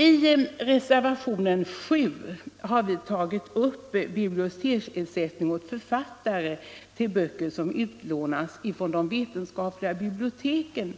I reservationen 7 har jag tagit upp frågan om biblioteksersättning åt författare till böcker som utlånas från de vetenskapliga biblioteken.